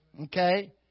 Okay